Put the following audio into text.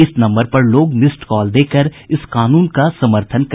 इस नम्बर पर लोग मिस्ड कॉल देकर इस कानून का समर्थन कर सकते हैं